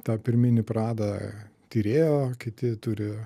tą pirminį pradą tyrėjo kiti turi